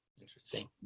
Interesting